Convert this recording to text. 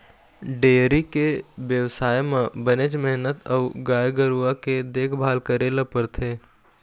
dairy के बेवसाय म बनेच मेहनत अउ गाय गरूवा के देखभाल करे ल परथे